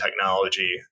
technology